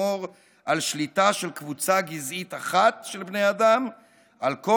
ולשמור על שליטה של קבוצה גזעית אחת של בני אדם על כל